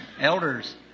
elders